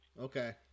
Okay